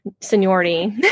seniority